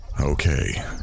Okay